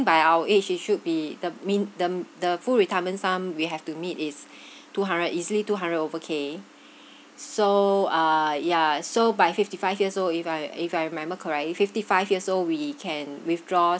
by our age it should be the min~ them the full retirement sum we have to meet is two hundred easily two hundred over K so uh yeah so by fifty five years old if I if I remember correctly fifty five years old we can withdraw